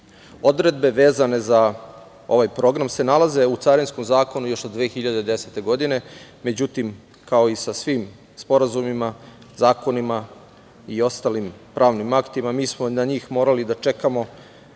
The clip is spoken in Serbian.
Odredbe vezane za ovaj program se nalaze u Carinskom zakonu još od 2010. godine. Međutim, kao i sa svim sporazumima, zakonima i ostalim pravnim aktima mi smo na njih morali da čekamo